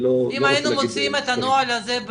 אם הייתם מוציאים את הנוהל הזה,